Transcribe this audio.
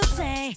say